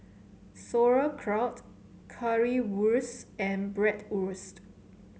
Sauerkraut Currywurst and Bratwurst